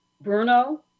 Bruno